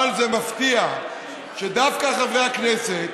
מפתיע שדווקא חברי הכנסת